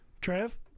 Trev